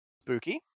Spooky